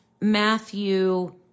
Matthew